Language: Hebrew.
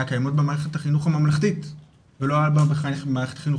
קיימות במערכות החינוך הממלכתית ולא במערכת החינוך